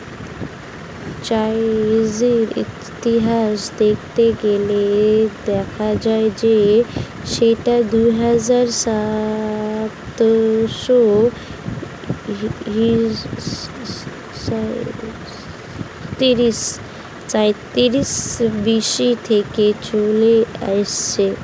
চায়ের ইতিহাস দেখতে গেলে দেখা যায় যে সেটা দুহাজার সাতশো সাঁইত্রিশ বি.সি থেকে চলে আসছে